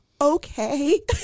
Okay